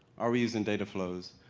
are we using data flows?